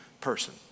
person